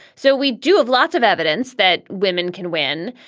so we do have lots of evidence that women can win.